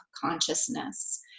consciousness